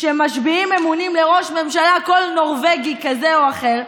שמשביעים אמונים לראש ממשלה כל נורבגי כזה או אחר,